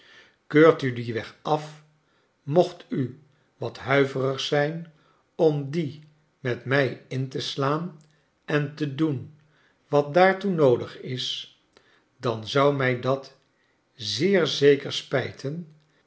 keurt u dien weg af mocht u wat huiverig zijn om dien met mij in te slaan en te doen wat daartoe noodig is dan zou mij dat zeer zeker spijten